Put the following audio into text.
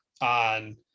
on